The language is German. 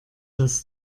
das